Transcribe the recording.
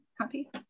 happy